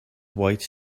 white